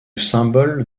symbole